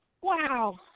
Wow